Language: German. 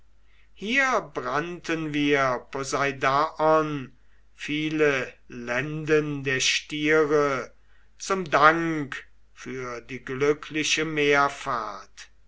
hier brannten wir poseidaon viele lenden der stiere zum dank für die glückliche